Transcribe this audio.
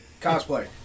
Cosplay